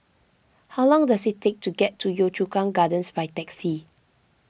how long does it take to get to Yio Chu Kang Gardens by taxi